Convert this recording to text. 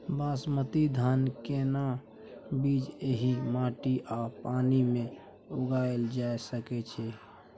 बासमती धान के केना बीज एहि माटी आ पानी मे उगायल जा सकै छै?